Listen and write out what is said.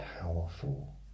powerful